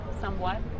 somewhat